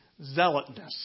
zealotness